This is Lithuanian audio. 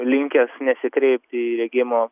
linkęs nesikreipti į regėjimo